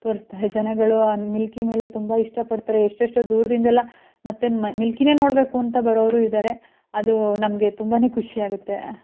ತೋರಿಸ್ತಾರೆ ಜನಗಳು ಆ ಮಿಲ್ಕಿ ಮೇಲೆ ತುಂಬ ಇಷ್ಟಪಡ್ತಾರೆ ಎಷ್ಟೆಷ್ಟೋ ದೂರದಿಂದೆಲ್ಲ ಮತ್ತು ಮ್ ಮಿಲ್ಕಿನೇ ನೋಡಬೇಕು ಅಂತ ಬರೋವ್ರು ಇದ್ದಾರೆ ಅದು ನಮಗೆ ತುಂಬಾ ಖುಷಿಯಾಗುತ್ತೆ